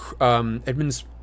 Edmund's